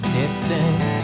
distant